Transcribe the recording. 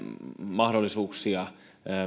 mahdollisuuksia